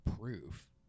proof